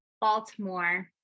Baltimore